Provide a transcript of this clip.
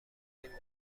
رسیدیم